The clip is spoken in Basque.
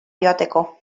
jateko